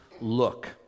look